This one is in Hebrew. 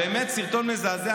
באמת סרטון מזעזע.